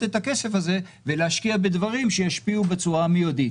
את הכסף הזה ולהשקיע בדברים שישפיעו בצורה מידית?